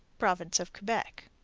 province of quebec.